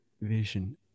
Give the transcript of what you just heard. vision